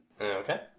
Okay